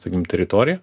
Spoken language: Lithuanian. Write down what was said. sakykim teritorijoj